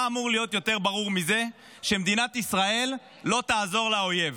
מה אמור להיות יותר ברור מזה שמדינת ישראל לא תעזור לאויב?